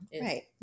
Right